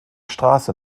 straße